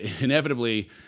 Inevitably